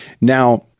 Now